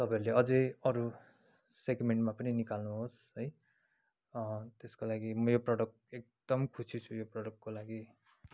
तपाईँहरूले अझै अरू सेग्मेन्टमा पनि निकाल्नु होस् है त्यसको लागि म यो प्रोडक्ट एकदम खुसी छु यो प्रोडक्टको लागि